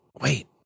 wait